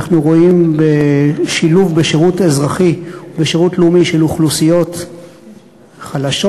אנחנו רואים בשילוב בשירות אזרחי ובשירות לאומי של אוכלוסיות חלשות,